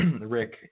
Rick